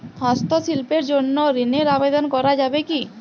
হস্তশিল্পের জন্য ঋনের আবেদন করা যাবে কি?